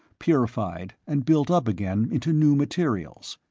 purified and built up again into new materials.